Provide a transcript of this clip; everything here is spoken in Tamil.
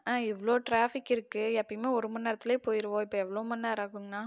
இவ்வளோ ட்ராஃபிக் இருக்குது எப்பவுமே ஒருமணிநேரத்துலயே போயிடுவோம் இப்போ எவ்வளோ மணிநேரம் ஆகுங்கண்ணா